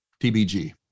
TBG